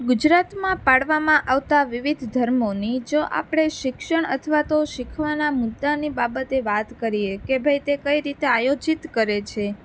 ગુજરાતમાં પાડવામાં આવતા વિવિધ ધર્મોની જો આપણે શિક્ષણ અથવા તો શીખવાના મુદ્દાની બાબતે વાત કરીએ કે ભાઈ તે કઈ રીતે આયોજિત કરે છે